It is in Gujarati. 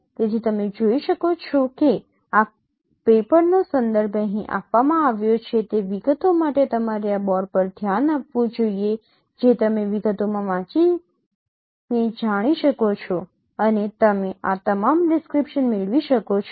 તેથી તમે જોઈ શકો છો કે આ પેપરનો સંદર્ભ અહીં આપવામાં આવ્યો છે તે વિગતો માટે તમારે આ બૉર્ડ પર ધ્યાન આપવું જોઈએ જે તમે વિગતોમાં વાંચીને જાણી શકો છો અને તમે આ તમામ ડિસ્ક્રિપ્શન મેળવી શકો છો